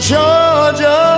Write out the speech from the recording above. Georgia